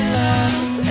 love